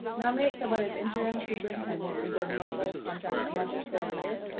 nominate someone as interim superintendent and give them a full contract a month or so later?